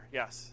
yes